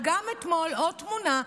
וגם אתמול עוד תמונה,